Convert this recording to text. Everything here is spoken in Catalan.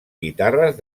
guitarres